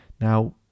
Now